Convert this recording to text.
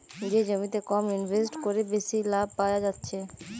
যে জমিতে কম ইনভেস্ট কোরে বেশি লাভ পায়া যাচ্ছে